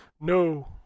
no